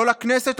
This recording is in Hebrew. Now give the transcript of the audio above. לא לכנסת,